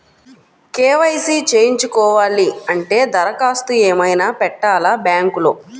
KYC చేయించుకోవాలి అంటే దరఖాస్తు ఏమయినా పెట్టాలా బ్యాంకులో?